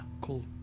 Cool